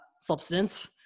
substance